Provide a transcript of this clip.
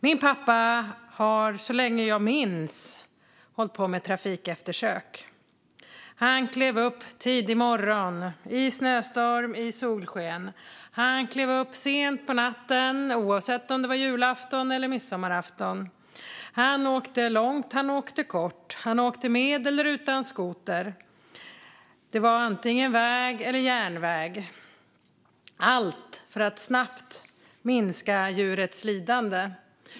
Min pappa har så länge jag minns hållit på med trafikeftersök. Han klev upp tidig morgon, i snöstorm och i solsken, han klev upp sent på natten, oavsett om det var julafton eller midsommarafton, han åkte långt och han åkte kort och han åkte med eller utan skoter. Det var antingen väg eller järnväg - allt för att snabbt minska djurets lidande.